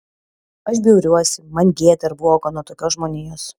aš bjauriuosi man gėda ir bloga nuo tokios žmonijos